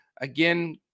Again